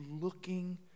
looking